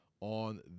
on